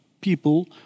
people